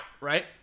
right